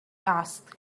asked